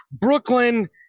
Brooklyn